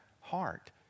heart